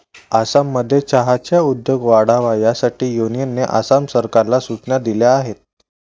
आसाममध्ये चहाचा उद्योग वाढावा यासाठी युनियनने आसाम सरकारला सूचना दिल्या आहेत